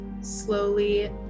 slowly